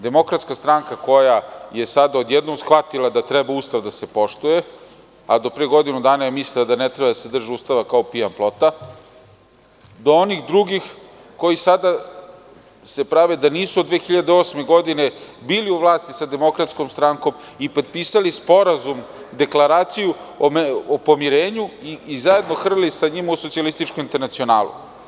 Demokratska stranka koja je sada odjednom shvatila da treba Ustav da se poštuje, a do pre godinu dana mislila da ne treba da se drže Ustava kao pijan plota, do onih drugih koji sada se prave da nisu od 2008. godine bili u vlasti sa DS i potpisali Sporazum, Deklaraciju o pomirenju i zajedno hrlili sa njima u socijalističku internacionalu.